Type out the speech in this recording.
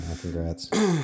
congrats